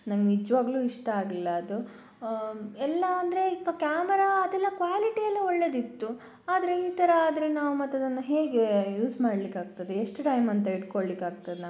ನನಗೆ ನಿಜವಾಗಲೂ ಇಷ್ಟ ಆಗಲಿಲ್ಲ ಅದು ಎಲ್ಲ ಅಂದರೆ ಈಗ ಕ್ಯಾಮರಾ ಅದೆಲ್ಲ ಕ್ವಾಲಿಟಿ ಎಲ್ಲ ಒಳ್ಳೆಯದಿತ್ತು ಆದರೆ ಈ ಥರ ಆದರೆ ನಾವು ಮತ್ತದನ್ನು ಹೇಗೆ ಯೂಸ್ ಮಾಡ್ಲಿಕ್ಕೆ ಆಗ್ತದೆ ಎಷ್ಟು ಟೈಮ್ ಅಂತ ಇಟ್ಕೊಳ್ಲಿಕ್ಕಾಗ್ತದೆ ನಮಗೆ